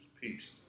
peace